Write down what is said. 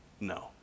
No